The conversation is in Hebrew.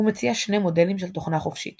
הוא מציע שני מודלים של תוכנה חופשית